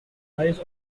eyes